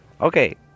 Okay